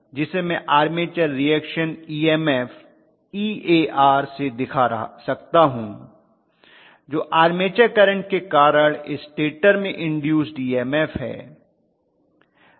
जिसे मैं armature reaction EMF Ear से दिखा सकता हूँ जो आर्मेचर करंट के कारण स्टेटर में इन्दूस्ड ईएमएफ है